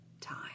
time